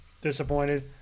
disappointed